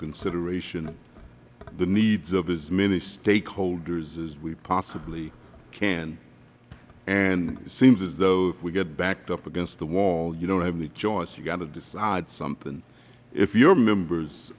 consideration the needs of as many stakeholders as we possibly can and it seems as though if we get backed up against the wall you don't have any choice you have to decide something if your members